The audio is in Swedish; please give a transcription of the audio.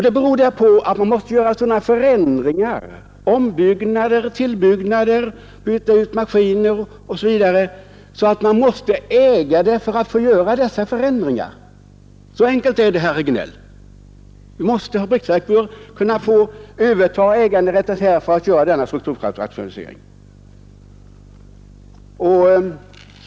Det beror på att man måste göra sådana förändringar, ombyggnader, tillbyggnader, utbyte av maskiner osv. att man måste äga det för att få göra dessa förändringar. Så enkelt är det, herr Regnéll. Fabriksverken måste få överta äganderätten för att kunna göra denna strukturrationalisering.